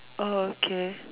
oh okay